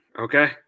Okay